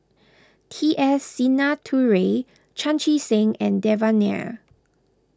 T S Sinnathuray Chan Chee Seng and Devan Nair